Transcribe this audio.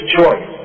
choice